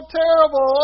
terrible